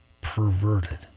perverted